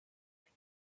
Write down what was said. like